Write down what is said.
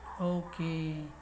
Okay